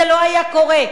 זה לא היה קורה.